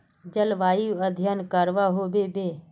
जलवायु अध्यन करवा होबे बे?